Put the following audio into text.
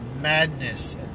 madness